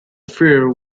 freer